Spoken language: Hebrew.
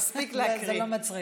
מספיק להקריא.